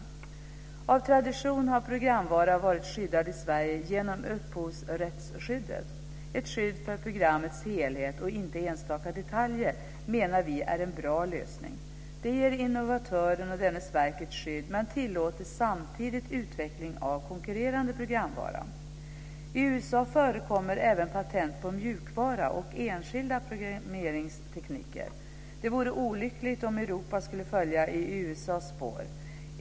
Av tradition har programvara varit skyddad i Sverige genom upphovsrättslagen. Vi menar att ett skydd för programmets helhet och inte för enstaka detaljer är en bra lösning. Det ger innovatören och dennes verk ett skydd men tillåter samtidigt en utveckling av konkurrerande programvara. I USA förekommer även patent på mjukvara och enskilda programmeringstekniker. Det vore olyckligt om Europa skulle följa i USA:s spår.